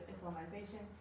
Islamization